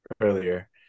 earlier